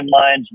timelines